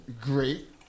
great